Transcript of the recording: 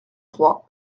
trois